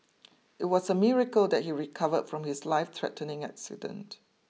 it was a miracle that he recovered from his lifethreatening accident